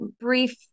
brief